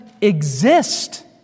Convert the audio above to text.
exist